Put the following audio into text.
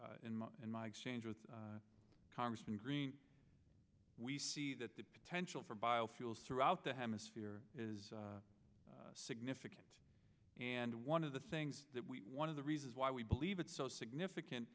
e in my exchange with congressman green we see that the potential for biofuels throughout the hemisphere is significant and one of the sayings that we one of the reasons why we believe it's so significant